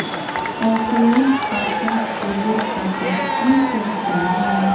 Offline खाता खोले खातिर की सब चाही?